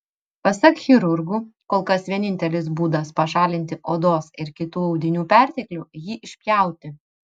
pasak chirurgų kol kas vienintelis būdas pašalinti odos ir kitų audinių perteklių jį išpjauti